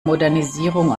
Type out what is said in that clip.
modernisierung